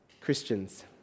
Christians